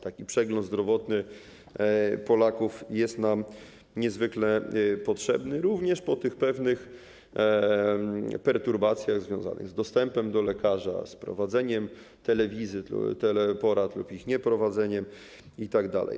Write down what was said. Taki przegląd zdrowotny Polaków jest nam niezwykle potrzebny również po tych pewnych perturbacjach związanych z dostępem do lekarza, z prowadzeniem telewizyt, teleporad lub ich nieprowadzeniem itd.